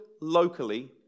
locally